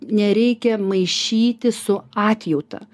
nereikia maišyti su atjauta